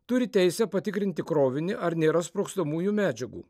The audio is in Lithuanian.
turi teisę patikrinti krovinį ar nėra sprogstamųjų medžiagų